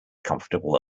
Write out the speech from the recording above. comfortable